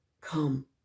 Come